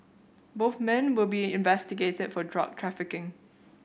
both men will be investigated for drug trafficking